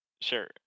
Sure